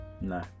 No